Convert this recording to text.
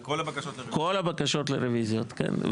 כל הבקשות לרביזיות כן.